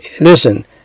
listen